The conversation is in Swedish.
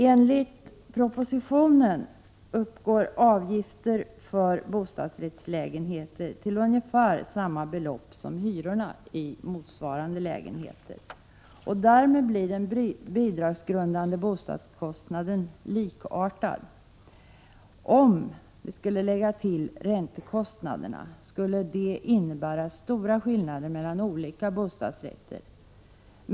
Enligt propositionen uppgår avgifterna för bostadsrättslägenheter till ungefär samma belopp som hyrorna för motsvarande lägenheter. Därmed blir den bidragsgrundande bostadskostnaden likartad. Om räntekostnaderna skulle läggas till, skulle detta innebära stora skillnader mellan olika bostadsrätter.